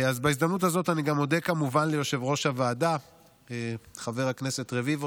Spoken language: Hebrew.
בהזדמנות הזאת אני גם מודה כמובן ליושב-ראש הוועדה חבר הכנסת רביבו,